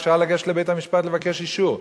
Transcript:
אפשר לגשת לבית-המשפט ולבקש אישור.